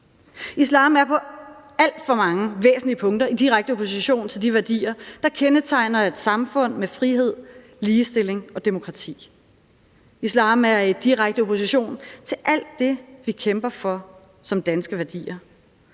Islam er på alt for mange væsentlige punkter i direkte opposition til de værdier, der kendetegner et samfund med frihed, ligestilling og demokrati. Islam er i direkte opposition til alt det, vi kæmper for som danske værdier.